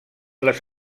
les